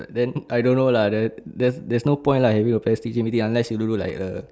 then I don't know lah then there's there's no point lah having a parents teacher meeting unless you don't do like a